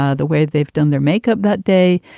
ah the way they've done their makeup that day.